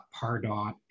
Pardot